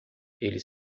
ele